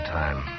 time